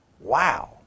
Wow